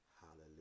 Hallelujah